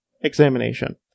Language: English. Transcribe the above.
examination